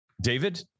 David